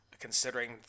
considering